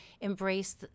embrace